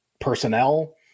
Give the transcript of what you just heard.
personnel